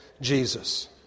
Jesus